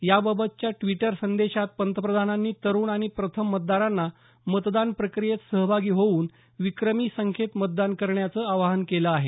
याबाबतच्या ड्वीटर संदेशात पंतप्रधानांनी तरुण आणि प्रथम मतदारांना मतदान प्रक्रियेत सहभागी होउन विक्रमी संख्येत मतदान करण्याचं आवाहन केलं आहे